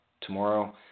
tomorrow